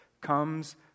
comes